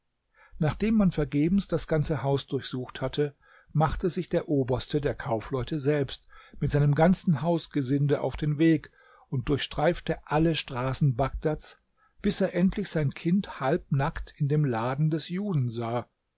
nachdem man vergebens das ganze haus durchsucht hatte machte sich der oberste der kaufleute selbst mit seinem ganzen hausgesinde auf den weg und durchstreifte alle straßen bagdads bis er endlich sein kind halbnackt in dem laden des juden sah